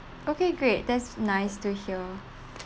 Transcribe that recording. okay great that's nice to hear